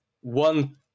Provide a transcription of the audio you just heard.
one